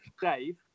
Dave